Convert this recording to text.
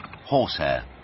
Horsehair